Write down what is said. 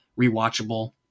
rewatchable